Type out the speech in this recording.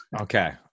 Okay